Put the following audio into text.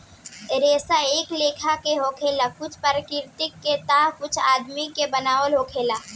रेसा कए लेखा के होला कुछ प्राकृतिक के ता कुछ आदमी के बनावल होला